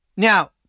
Now